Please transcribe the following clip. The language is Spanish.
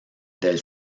del